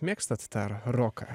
mėgstat tą roką